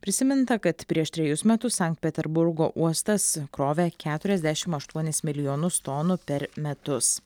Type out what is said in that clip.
prisiminta kad prieš trejus metus sankt peterburgo uostas krovė keturiasdešim aštuonis milijonus tonų per metus